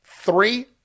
three